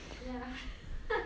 ya ha